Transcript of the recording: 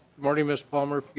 morning ms. palmer.